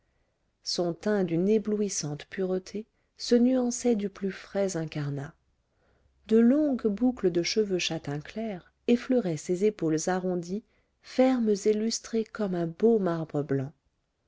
son teint d'une éblouissante pureté se nuançait du plus frais incarnat de longues boucles de cheveux châtain clair effleuraient ses épaules arrondies fermes et lustrées comme un beau marbre blanc